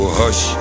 hush